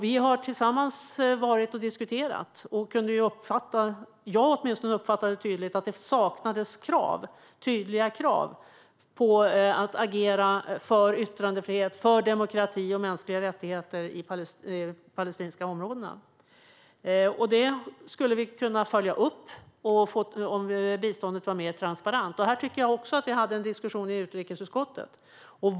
Vi har tillsammans varit där och diskuterat, och åtminstone jag uppfattade tydligt att det saknades tydliga krav på att agera för yttrandefrihet, demokrati och mänskliga rättigheter i de palestinska områdena. Detta skulle vi kunna följa upp om biståndet var mer transparent. Vi hade en diskussion i utrikesutskottet.